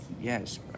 Yes